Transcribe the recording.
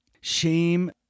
shame